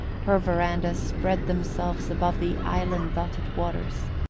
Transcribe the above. her verandahs spread themselves above the island-dotted waters.